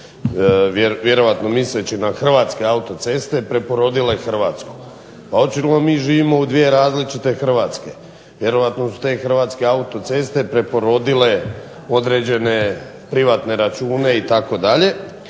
vjerojatno misleći na Hrvatske autoceste preporodile Hrvatsku. A očigledno mi živimo u dvije različite HRvatske. Vjerojatno su te HRvatske autoceste preporodile određene privatne račune itd.